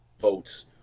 votes